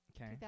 Okay